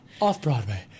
off-Broadway